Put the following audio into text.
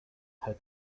her